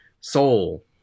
Soul